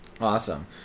Awesome